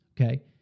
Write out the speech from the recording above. Okay